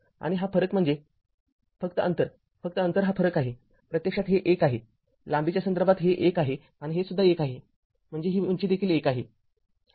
आणि हा फरक म्हणजे फक्त अंतर फक्त अंतर हा फरक आहे प्रत्यक्षात हे १ आहे लांबीच्या संदर्भात हे १ आहे आणि हे सुद्धा १ आहे म्हणून ही उंची देखील १ आहे